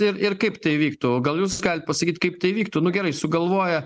ir ir kaip tai vyktų o gal jūs galit pasakyt kaip tai vyktų nu gerai sugalvoja